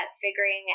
figuring